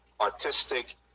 artistic